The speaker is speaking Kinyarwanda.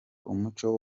umuco